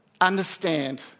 understand